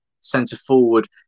centre-forward